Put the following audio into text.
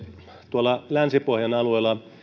tuolla länsi pohjan alueella